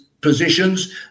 positions